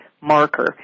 marker